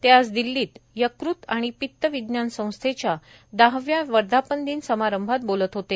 ते आज दिल्लीत यकृत आणि पित्त विज्ञान संस्थेच्या दहाव्या वर्धापन दिन समारंभात बोलत होते